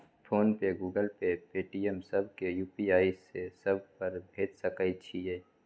Phone पे, Google Pay, Paytm, सब के UPI से सब पर भेज सके छीयै?